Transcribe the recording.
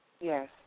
Yes